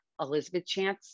elizabethchance